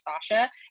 Sasha